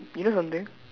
you know something